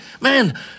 man